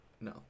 No